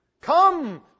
Come